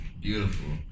Beautiful